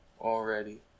Already